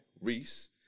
Reese